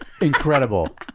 Incredible